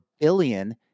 billion